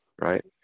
right